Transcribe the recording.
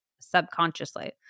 subconsciously